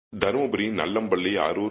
seconds Dharmapuri Nallampalli Arur